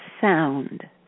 sound